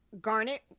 Garnet